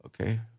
Okay